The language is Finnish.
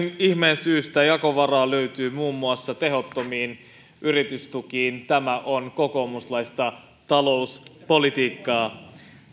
ihmeen syystä jakovaraa löytyy muun muassa tehottomiin yritystukiin tämä on kokoomuslaista talouspolitiikkaa